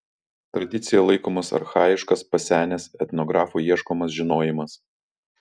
tradicija laikomas archajiškas pasenęs etnografų ieškomas žinojimas